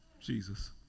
Jesus